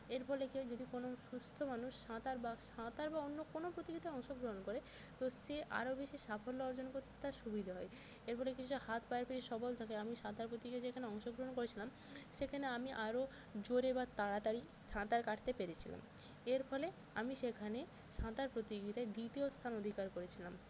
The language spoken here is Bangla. এর ফলে কি হয় যদি কোনো সুস্থ মানুষ সাঁতার বা সাঁতরা বা অন্য কোনো প্রতিযোগিতায় অংশগ্রহণ করে তো সে আরো বেশি সাফল্য অর্জন করতে তার সুবিদে হয় এর ফলে কিছু হাত পায়ের পেশি সবল থাকে আমি সাঁতার প্রতিযোগিতায় যেখানে অংশগ্রহণ করেছিলাম সেখানে আমি আরো জোরে বা তাড়াতাড়ি সাঁতার কাটতে পেরেছিলাম এর ফলে আমি সেখানে সাঁতার প্রতিযোগিতায় দ্বিতীয় স্থান অধিকার করেছিলাম